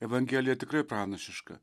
evangelija tikrai pranašiška